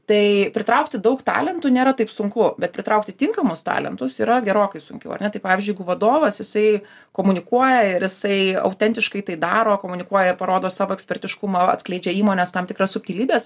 tai pritraukti daug talentų nėra taip sunku bet pritraukti tinkamus talentus yra gerokai sunkiau ar ne tai pavyzdžiui jeigu vadovas jisai komunikuoja ir jisai autentiškai tai daro komunikuoja parodo savo ekspertiškumą atskleidžia įmonės tam tikras subtilybes